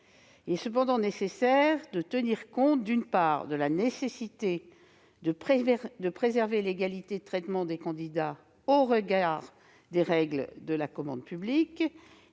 Il convient cependant de tenir compte, d'une part, de la nécessité de préserver l'égalité de traitement des candidats au regard des règles de la commande publique,